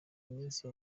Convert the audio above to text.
iminsi